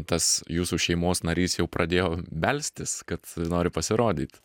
tas jūsų šeimos narys jau pradėjo belstis kad nori pasirodyt